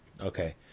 okay